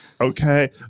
Okay